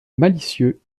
malicieux